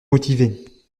motivés